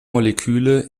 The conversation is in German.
moleküle